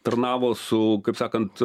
tarnavo su kaip sakant